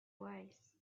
wise